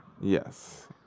Yes